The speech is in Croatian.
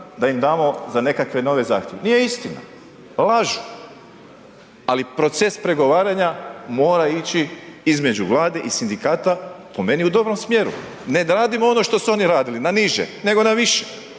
da im damo za nekakve nove zahtjeve. Nije istina, lažu, ali proces pregovaranja mora ići između Vlade i sindikata po meni u dobrom smjeru, ne radimo ono što su oni radili, na niže, nego na više